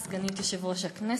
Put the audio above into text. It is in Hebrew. תודה לך, סגנית יושב-ראש הכנסת,